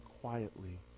quietly